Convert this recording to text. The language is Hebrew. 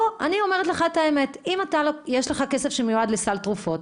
אני אומרת לך את האמת: אם יש לך כסף שמיועד לסל תרופות,